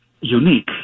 unique